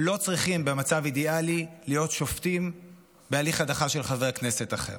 לא צריכים להיות שופטים בהליך הדחה של חבר כנסת אחר.